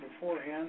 beforehand